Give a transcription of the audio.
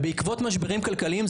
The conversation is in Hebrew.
ובעקבות משברים כלכליים,